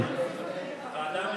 ועדה משותפת.